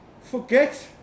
forget